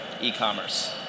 e-commerce